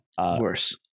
Worse